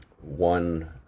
one